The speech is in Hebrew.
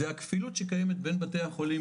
זה הכפילות שקיימת בין בתי החולים,